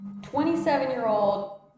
27-year-old